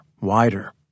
wider